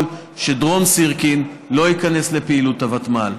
שדרום סירקין לא ייכנס לפעילות הוותמ"ל.